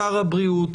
שר הבריאות,